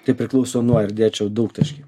tai priklauso nuo ir dėčiau daugtaškį